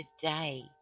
today